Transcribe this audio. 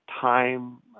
time